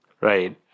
right